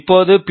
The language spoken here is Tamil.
இப்போது பி